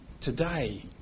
today